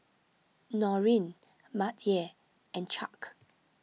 Norine Mattye and Chuck